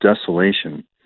desolation